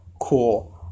cool